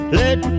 let